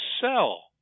sell